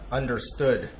understood